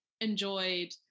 enjoyed